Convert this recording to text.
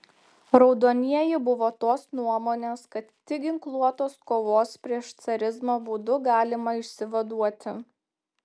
raudonieji buvo tos nuomonės kad tik ginkluotos kovos prieš carizmą būdu galima išsivaduoti